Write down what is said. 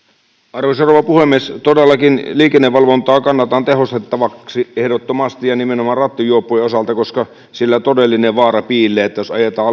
arvoisa rouva puhemies todellakin liikennevalvontaa kannatan tehostettavaksi ehdottomasti ja nimenomaan rattijuoppojen osalta koska siinä todellinen vaara piilee jos ajetaan